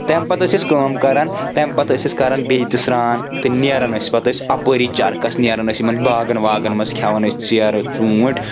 تمہِ پتہٕ ٲسۍ أسۍ کٲم کران تَمہِ پتہٕ ٲسۍ أسۍ کران بیٚیہِ تہِ سرٛان تہٕ نیران ٲسۍ پتہٕ ٲسۍ اَپٲری چرکھَس نیران ٲسۍ یِمَن باغَن واگَن منٛز کھؠوان ٲسۍ ژَیرٕ ژوٗنٛٹھۍ